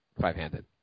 Five-handed